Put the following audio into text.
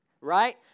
right